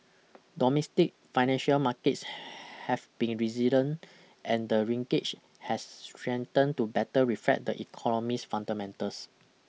domestic financial markets have been resilient and the ringgit has strengthened to better reflect the economies fundamentals